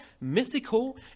mythical